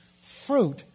fruit